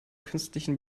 künstlichen